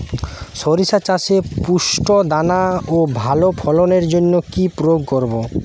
শরিষা চাষে পুষ্ট দানা ও ভালো ফলনের জন্য কি প্রয়োগ করব?